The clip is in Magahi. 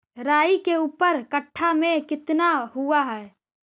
राई के ऊपर कट्ठा में कितना हुआ है?